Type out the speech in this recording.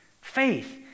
Faith